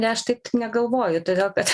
ne aš taip negalvoju todėl kad